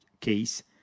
case